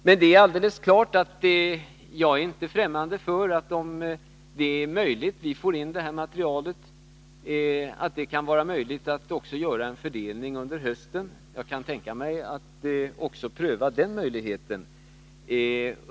Men jag är inte främmande för tanken att det är möjligt att göra en fördelning under hösten. Jag kan alltså tänka mig att pröva också detta.